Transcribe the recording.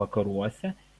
vakaruose